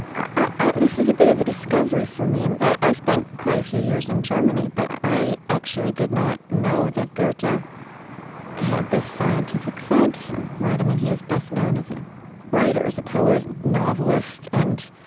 this is a bit of a discovery for me. and i spent quite a few years in germany, but i actually did not know that goethe but had this scientific side to him. right? i mean, he's best known as a writer, as a poet, and novelist, and,